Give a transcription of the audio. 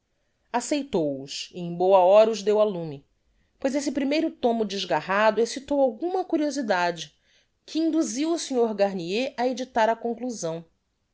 acceitou os e em boa hora os deu á lume pois esse primeiro tomo desgarrado excitou alguma curiosidade que induziu o sr garnier á edictar a conclusão